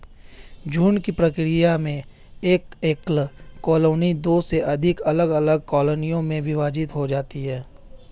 झुंड की प्रक्रिया में एक एकल कॉलोनी दो से अधिक अलग अलग कॉलोनियों में विभाजित हो जाती है